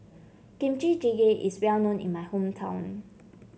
Kimchi Jjigae is well known in my hometown